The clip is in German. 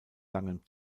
langem